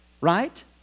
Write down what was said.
Right